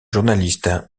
journaliste